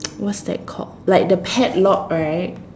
what's that called like the padlock right